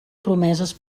promeses